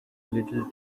little